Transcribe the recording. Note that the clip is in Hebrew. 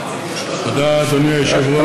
תודה, אדוני היושב-ראש.